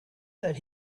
that